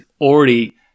already